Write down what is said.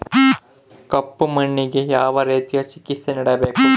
ಕಪ್ಪು ಮಣ್ಣಿಗೆ ಯಾವ ರೇತಿಯ ಚಿಕಿತ್ಸೆ ನೇಡಬೇಕು?